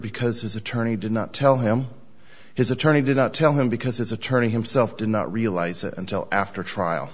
because his attorney did not tell him his attorney did not tell him because his attorney himself did not realize it until after trial